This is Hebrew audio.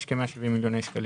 יש כ-170 מיליוני שקלים.